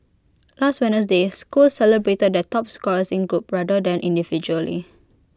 last Wednesday schools celebrated their top scorers in groups rather than individually